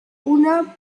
una